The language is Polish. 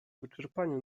wyczerpaniu